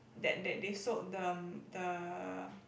that that they soak the mm the